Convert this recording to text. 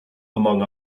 among